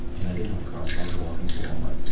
and i didn't have a car, so i was walking to walmart,